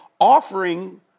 offering